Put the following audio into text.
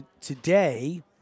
today